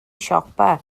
siopa